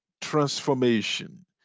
transformation